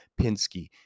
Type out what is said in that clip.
Pinsky